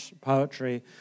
poetry